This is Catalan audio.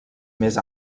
més